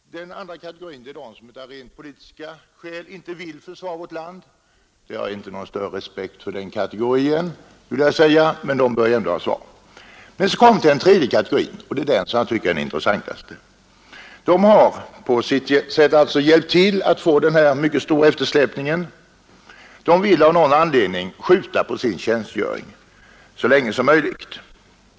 Den andra kategorin är de som av rent politiska skäl inte vill försvara värt land. Jag har inte nägon större respekt för den kategorin, det vill jag säga, men de bör ju ända ha svar inom rimlig tid. Sedan har vi den tredje kategorin och den tycker jag är den intressantaste. De har pa sitt sätt ”hjälpt till” att skapa denna mycket stora eftersläpning. De vill av någon anledning skjuta pa sin tjänstgöring så länge som möjligt.